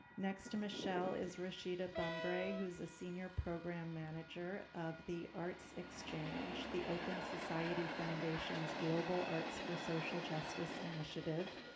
next to michelle is rashida bumbray who's a senior program manager of the arts exchange, the open society foundations global arts for social justice initiative.